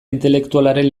intelektualaren